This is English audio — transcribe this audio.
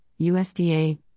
USDA